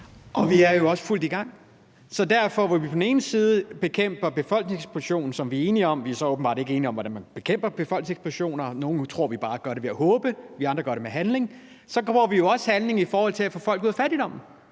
Vi er jo også i fuld gang. Så derfor, når vi på den ene side bekæmper en befolkningseksplosion, som vi er enige om – vi er så åbenbart ikke enige om, hvordan man bekæmper befolkningseksplosioner; nogle tror, at vi bare gør det ved at håbe, mens vi andre gør det med handling – handler vi jo også i forhold til at få folk ud af fattigdom.